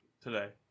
Today